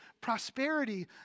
prosperity